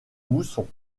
mousson